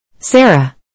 Sarah